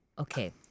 okay